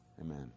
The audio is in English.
amen